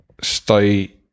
stay